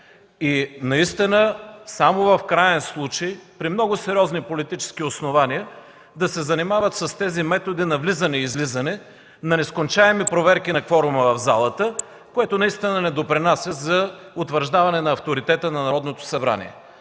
и наистина само в краен случай, при много сериозни политически основания, да се занимават с тези методи на влизане и излизане, на нескончаеми проверки на кворума в залата, което наистина не допринася за утвърждаване на авторитета на Народното събрание.